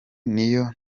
niyo